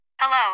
Hello